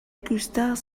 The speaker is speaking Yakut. күүстээх